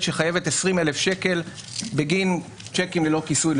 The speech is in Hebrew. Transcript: שחייבת 20,000 שקל בגין צ'קים ללא כיסוי,